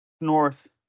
north